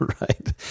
right